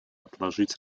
отложить